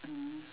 mm